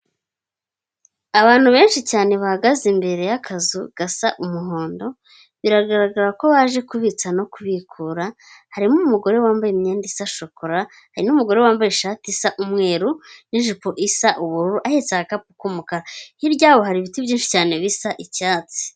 Abantu benshi cyane bahagaze imbere y'akazu gasa umuhondo, biragaragara ko baje kubitsa no kubikura, harimo umugore wambaye imyenda isa shokora, umugore wambaye ishati isa n'umweru n'ijipo isa ubururu, ahetse agakapu k'umukara, hirya yaho hari ibiti byinshi cyane bisa icyatsi.